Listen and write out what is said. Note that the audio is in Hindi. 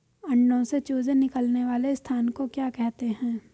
अंडों से चूजे निकलने वाले स्थान को क्या कहते हैं?